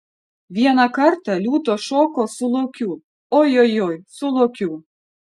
vieną kartą liūtas šoko su lokiu ojojoi su lokiu